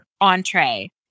entree